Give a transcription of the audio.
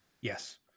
yes